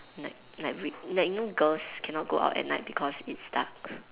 like like you like you know girls cannot go out at night because it's dark